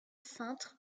cintre